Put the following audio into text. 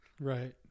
right